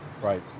Right